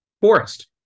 Forest